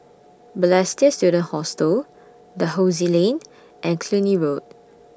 Balestier Student Hostel Dalhousie Lane and Cluny Road